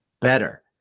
better